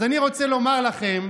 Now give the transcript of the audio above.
אז אני רוצה לומר לכם: